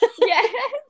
Yes